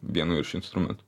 vienu iš instrumentų